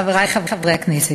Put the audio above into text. חברי חברי הכנסת,